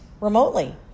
remotely